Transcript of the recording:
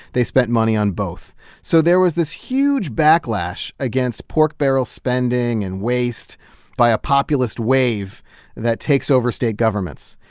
they spent money on both so there was this huge backlash against pork barrel spending and waste by a populist wave that takes over state governments.